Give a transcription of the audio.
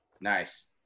nice